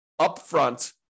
upfront